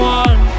one